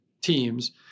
teams